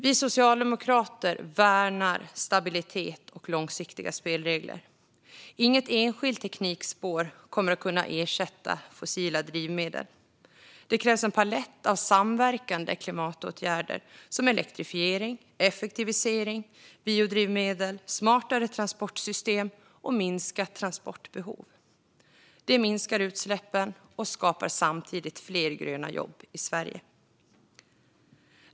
Vi socialdemokrater värnar stabilitet och långsiktiga spelregler. Inget enskilt teknikspår kommer att kunna ersätta fossila drivmedel. Det krävs en palett av samverkande klimatåtgärder som elektrifiering, effektivisering, biodrivmedel, smartare transportsystem och minskat transportbehov. Detta minskar utsläppen och skapar samtidigt fler gröna jobb i Sverige.